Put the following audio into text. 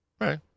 Right